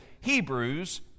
Hebrews